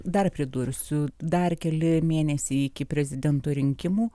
dar pridursiu dar keli mėnesiai iki prezidento rinkimų